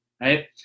right